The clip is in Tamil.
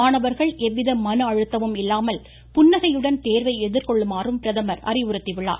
மாணவர்கள் எவ்வித மன அழுத்தமும் இல்லாமல் புன்னகையுடன் தேர்வை எதிர்கொள்ளுமாறும் பிரதமர் அறிவுறுத்தியுள்ளார்